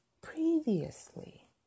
previously